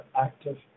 active